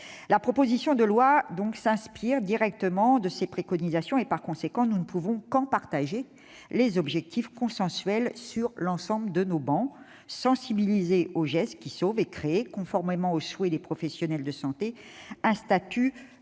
proposition de loi s'inspire directement de ces préconisations. Par conséquent, nous ne pouvons qu'en partager les objectifs, consensuels sur l'ensemble des travées : il s'agit de sensibiliser aux gestes qui sauvent et créer, conformément au souhait des professionnels de santé, un statut de